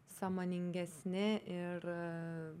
sąmoningesni ir